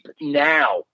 now